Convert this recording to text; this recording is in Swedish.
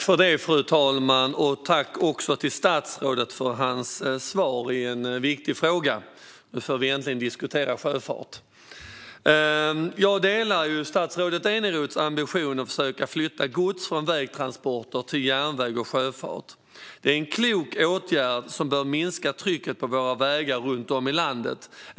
Fru talman! Jag vill tacka statsrådet för hans svar i en viktig fråga. Nu får vi äntligen diskutera sjöfart! Jag delar statsrådet Eneroths ambition att försöka flytta gods från vägtransporter till järnväg och sjöfart. Det är en klok åtgärd som bör minska trycket på våra vägar runt om i landet.